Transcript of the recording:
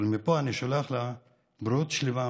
אבל מפה אני שולח לה בריאות שלמה,